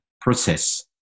process